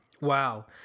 wow